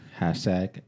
Hashtag